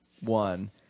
one